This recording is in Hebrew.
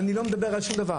ואני לא מדבר על שום דבר.